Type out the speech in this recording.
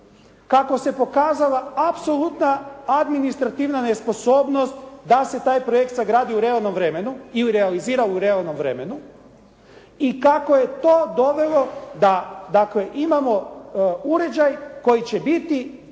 Kako se pokazala apsolutna adminstrativna nesposobnost da se taj projekt sagradi u realnom vremenu ili realizira u realnom vremenu i kako je to dovelo da dakle imamo uređaj koji će biti